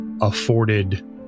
afforded